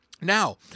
Now